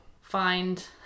find